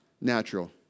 natural